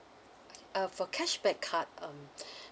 okay uh for cashback card um